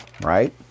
right